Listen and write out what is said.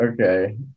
Okay